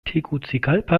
tegucigalpa